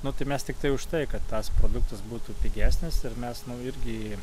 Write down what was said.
nu tai mes tiktai už tai kad tas produktas būtų pigesnis ir mes irgi